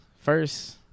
first